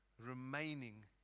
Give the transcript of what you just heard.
remaining